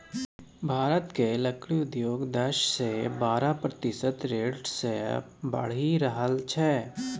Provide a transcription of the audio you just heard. भारतक लकड़ी उद्योग दस सँ बारह प्रतिशत रेट सँ बढ़ि रहल छै